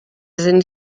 sind